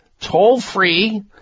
toll-free